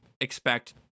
expect